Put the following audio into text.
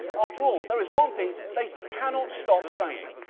after all, there is one thing they can not stop saying.